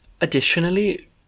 Additionally